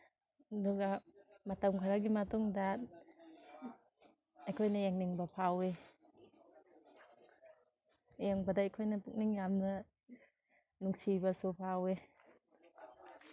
ꯑꯗꯨꯒ ꯃꯇꯝ ꯈꯔꯒꯤ ꯃꯇꯨꯡꯗ ꯑꯩꯈꯣꯏꯅ ꯌꯦꯡꯅꯤꯡꯕ ꯐꯥꯎꯋꯤ ꯌꯦꯡꯕꯗ ꯑꯩꯈꯣꯏꯅ ꯄꯨꯛꯅꯤꯡ ꯌꯥꯝꯅ ꯅꯨꯡꯁꯤꯕꯁꯨ ꯐꯥꯎꯋꯤ